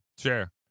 Sure